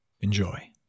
Enjoy